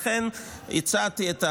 לכן הצעתי,